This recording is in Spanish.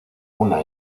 una